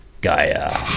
Gaia